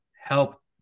help